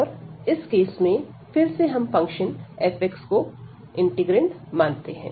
और इस केस में फिर से हम फंक्शन f को इंटीग्रैंड मानते हैं